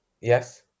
Yes